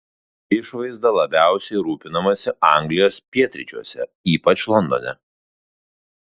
išvaizda labiausiai rūpinamasi anglijos pietryčiuose ypač londone